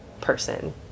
person